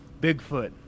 bigfoot